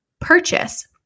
purchase